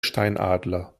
steinadler